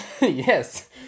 Yes